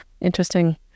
interesting